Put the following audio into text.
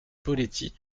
poletti